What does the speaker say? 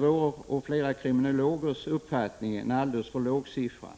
vår och flera kriminologers uppfattning en alldeles för låg siffra.